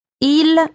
Il